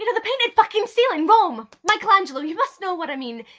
you know the painted fucking ceiling. rome, michelangelo, you must know what i mean.